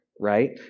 right